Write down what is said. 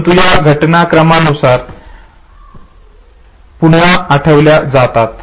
परंतु या घटना क्रमानुसार पुन्हा आठवल्या जातात